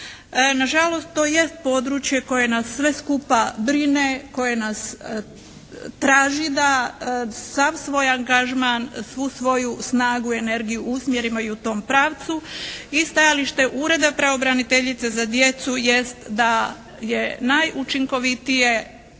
na žalost to jest područje koje nas sve skupa, koje nas traži da sav svoj angažman, svu svoju snagu i energiju usmjerimo i u tom pravcu i stajalište Ureda pravobraniteljice za djecu jest da je najučinkovitije